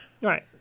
Right